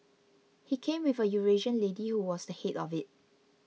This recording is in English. he came with a Eurasian lady who was the head of it